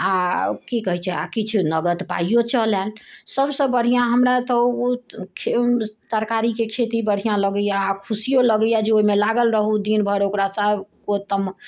की कहैत छै किछु नगद पाइयो चलि आयल सभसँ बढ़िआँ हमरा तऽ ओ तरकारीके खेती बढ़िआँ लगैया आ खुशियो लगैया जे ओहिमे लागल रहु दिन भर ओकरा सभ केओ तम